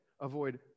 avoid